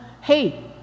hey